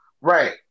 right